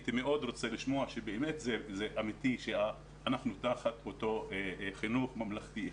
הייתי רוצה מאוד לשמוע שזה אמיתי שאנחנו תחת אותו חינוך ממלכתי אחד.